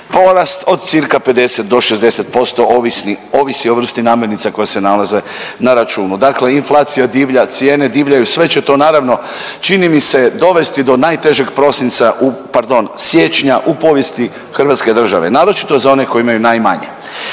Porast od cirka 50 do 60% ovisi o vrsti namirnica koje se nalaze na računu. Dakle, inflacija divlja, cijene divljaju. Sve će to naravno čini mi se dovesti do najtežeg prosinca, pardon siječnja u povijesti Hrvatske države naročito za one koji imaju najmanje.